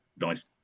nice